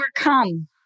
overcome